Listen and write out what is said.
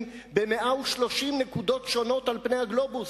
ב-130 נקודות שונות על פני הגלובוס,